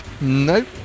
Nope